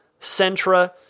Sentra